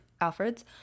Alfred's